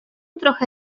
trochę